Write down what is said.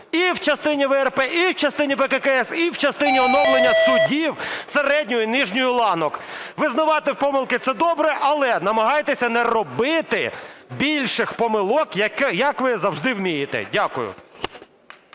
і в частині ВРП, і в частині ВККС, і в частині оновлення судів середньої і нижньої ланок. Визнавати помилки – це добре, але намагайтеся не робити більших помилок, як ви завжди вмієте. Дякую.